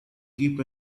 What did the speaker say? keep